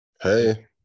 Hey